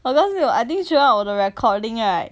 !hannor! 没有 and cure 我的 recording right